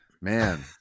Man